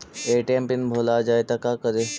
ATM pin भुला जाए तो का करी?